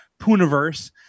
puniverse